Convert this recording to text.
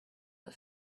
but